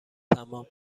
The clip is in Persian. تمام